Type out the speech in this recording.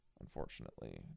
unfortunately